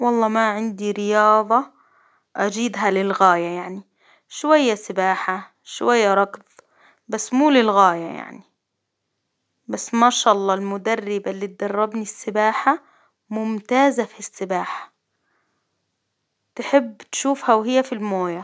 والله ما عندي رياضة أجيدها للغاية يعني، شوية سباحة، شوية ركض، بس مو للغاية يعني، بس ما شاء الله المدربة اللي تدربني السباحة، ممتازة في السباحة، تحب تشوفها وهي في الموية.